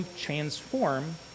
transform